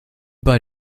bei